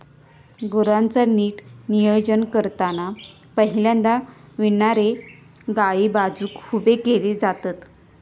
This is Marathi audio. गुरांचा नीट नियोजन करताना पहिल्यांदा विणारे गायी बाजुक उभे केले जातत